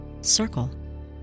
Circle